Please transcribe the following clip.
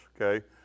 okay